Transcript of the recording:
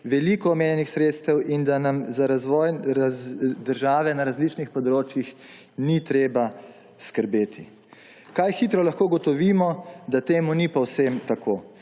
veliko omejenih sredstev in da nam za razvoj države na različnih področjih ni treba skrbeti. Kaj hitro lahko ugotovimo, da temu ni povesem tako.